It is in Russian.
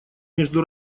между